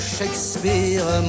Shakespeare